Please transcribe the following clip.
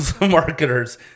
marketers